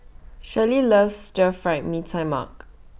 Shirlee loves Stir Fried Mee Tai Mak